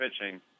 pitching